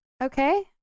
Okay